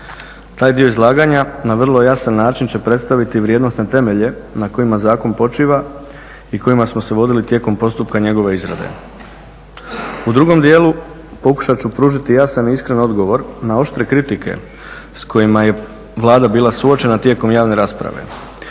Taj dio izlaganja na vrlo jasan način će predstaviti vrijednosne temelje na kojima zakon počiva i kojima smo se vodili tijekom postupka njegove izrade. U drugom dijelu pokušat ću pružiti jasan i iskren odgovor na oštre kritike s kojima je Vlada bila suočena tijekom javne rasprave.